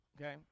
okay